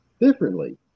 differently